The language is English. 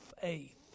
faith